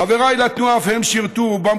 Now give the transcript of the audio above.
חבריי לתנועה אף הם שירתו בצה"ל,